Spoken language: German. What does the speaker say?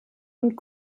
und